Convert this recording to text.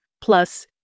Plus